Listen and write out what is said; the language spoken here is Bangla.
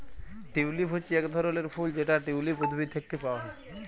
টিউলিপ হচ্যে এক ধরলের ফুল যেটা টিউলিপ উদ্ভিদ থেক্যে পাওয়া হ্যয়